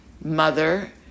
mother